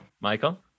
Michael